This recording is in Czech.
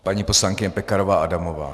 Paní poslankyně Pekarová Adamová.